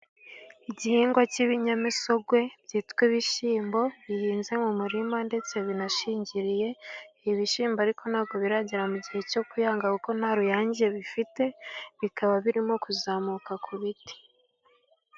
Igihingwa cy'ibinyamisogwe cyitwa ibishyimbo, bihinze mu murima ndetse binashingiriye. Ibi bishyimbo ariko ntabwo biragera mu gihe cyo kuyanga, kuko nta ruyange bifite, bikaba birimo kuzamuka ku biti.